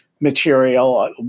material